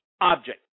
object